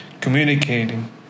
communicating